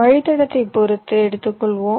வழித்தடத்தை பொறுத்து எடுத்துக்கொள்வோம்